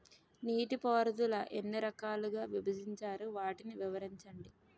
నీటిపారుదల ఎన్ని రకాలుగా విభజించారు? వాటి వివరించండి?